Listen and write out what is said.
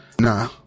nah